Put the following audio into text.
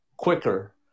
quicker